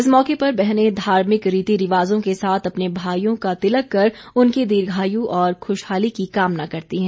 इस मौके पर बहने धार्मिक रीति रिवाजों के साथ अपने भाईयों का तिलक कर उनकी दीर्घायु और खुशहाली की कामना करती हैं